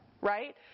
right